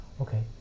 Okay